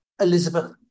Elizabeth